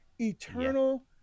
eternal